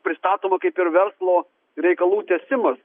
pristatoma kaip ir verslo reikalų tęsimas